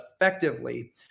effectively